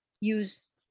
use